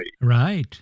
Right